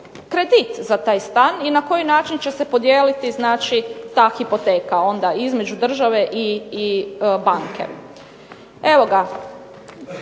kredit za taj stan i na koji način će se podijeliti ta hipoteka onda između države i banke. Evo ga,